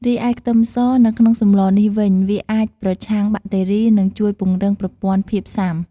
រីឯខ្ទឹមសនៅក្នុងសម្លនេះវិញ វាអាចប្រឆាំងបាក់តេរី និងជួយពង្រឹងប្រព័ន្ធភាពស៊ាំ។